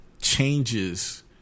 changes